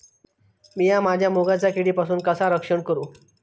मीया माझ्या मुगाचा किडीपासून कसा रक्षण करू?